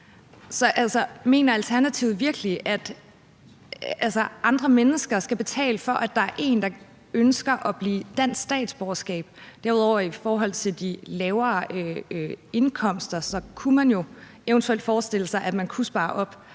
Mener Alternativet virkelig, at andre mennesker skal betale for, at der nogen, der ønsker at blive dansk statsborger? Derudover kunne man, når det gælder de lavere indkomster, jo eventuelt forestille sig, at man kunne spare op,